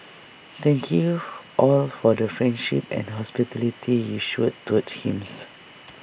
thank you all for the friendship and hospitality you showed towards him